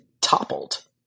toppled